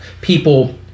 people